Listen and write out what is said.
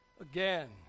again